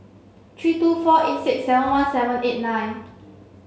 three two four eight six seven one seven eight nine